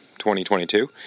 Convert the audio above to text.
2022